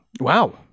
wow